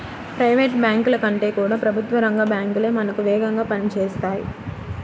private బ్యాంకుల కంటే కూడా ప్రభుత్వ రంగ బ్యాంకు లే మనకు వేగంగా పని చేస్తాయి